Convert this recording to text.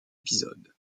épisode